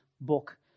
book